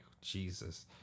Jesus